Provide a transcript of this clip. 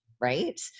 right